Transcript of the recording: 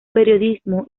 periodismo